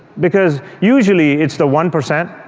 because usually it's the one percent,